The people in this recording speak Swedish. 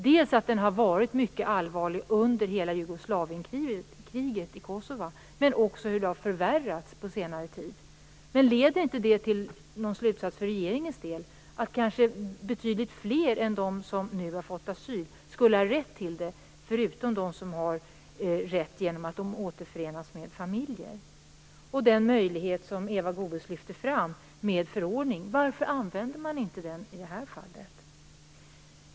Den har varit mycket allvarlig under hela Jugoslavienkriget, men den har förvärrats under senare tid. Leder inte detta till någon slutsats för regeringens del? Kanske skulle betydligt fler ha haft rätt att få asyl än dem som nu har fått det, förutom dem som har rätt till asyl genom återförening med sina familjer? Varför använder man sig inte av den möjlighet som Eva Goës lyfte fram, en förordning?